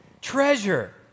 treasure